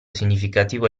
significativo